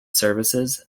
services